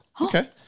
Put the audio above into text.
okay